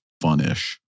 fun-ish